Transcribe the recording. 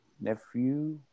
nephew